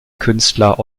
künstler